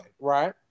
right